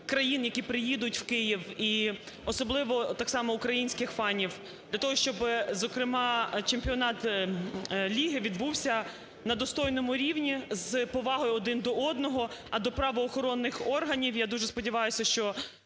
країн, які приїдуть в Київ, і особливо так само українських фанів для того, щоб, зокрема чемпіонат Ліги відбувся на достойному рівні, з повагою один до одного. А до правоохоронних органів я дуже сподіваюся, що